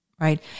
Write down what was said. right